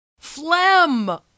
phlegm